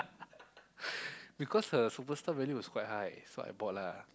because the superstar value was quite high so I bought lah